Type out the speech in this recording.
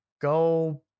Go